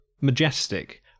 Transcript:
majestic